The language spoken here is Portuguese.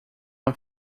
uma